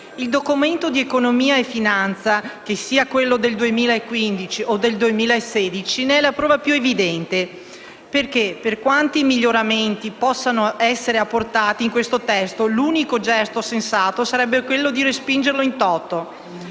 Il Documento di economia e finanza, che sia quello del 2015 o del 2016, ne è la prova più evidente, perché, per quanti miglioramenti possano essere apportati a questo testo, l'unico gesto sensato sarebbe quello di respingerlo *in toto*